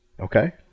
Okay